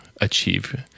achieve